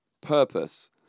Purpose